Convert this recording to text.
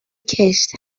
کشت